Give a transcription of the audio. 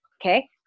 okay